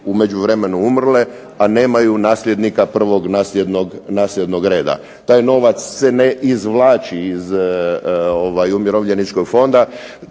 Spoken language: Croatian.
umrle, a nemaju nasljednika prvog nasljednog reda. Taj novac se ne izvlači iz Umirovljeničkog fonda,